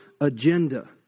agenda